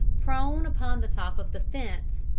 prone upon the top of the fence,